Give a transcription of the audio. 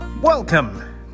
Welcome